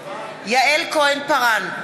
יעל כהן-פארן,